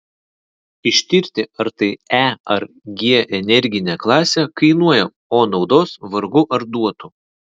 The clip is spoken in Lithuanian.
ištirti ar tai e ar g energinė klasė kainuoja o naudos vargu ar duotų